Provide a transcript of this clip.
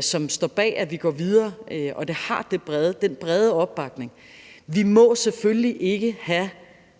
som står bag, at vi går videre, og at det har den brede opbakning. Vi må selvfølgelig ikke have